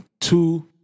two